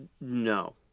No